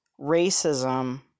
Racism